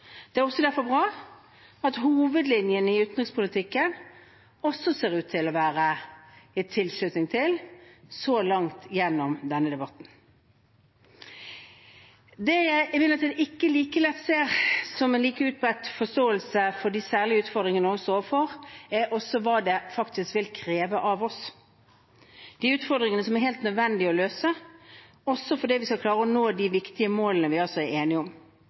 i utenrikspolitikken også ser ut til å være gitt tilslutning til, så langt i denne debatten. Det jeg imidlertid ikke like lett ser en like utbredt forståelse for når det gjelder de særlige utfordringene Norge står overfor, er hva de faktisk vil kreve av oss, de utfordringene som er helt nødvendig å løse, også fordi vi skal klare å nå de viktige målene vi er enige om.